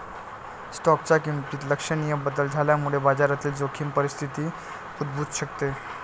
स्टॉकच्या किमतीत लक्षणीय बदल झाल्यामुळे बाजारातील जोखीम परिस्थिती उद्भवू शकते